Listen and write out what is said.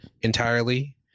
entirely